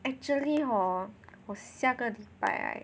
actually hor 我下个礼拜 right